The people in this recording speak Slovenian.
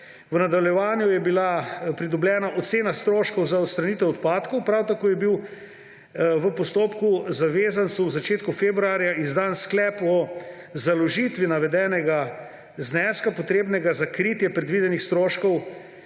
V nadaljevanju je bila pridobljena ocena stroškov za odstranitev odpadkov, prav tako je bil v postopku zavezancu v začetku februarja izdan sklep o založitvi navedenega zneska, potrebnega za kritje predvidenih stroškov